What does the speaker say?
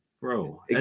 bro